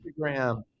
Instagram